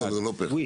פה אחד לא פה אחד.